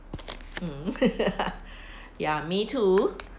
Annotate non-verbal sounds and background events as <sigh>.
mm <laughs> ya me too